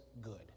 good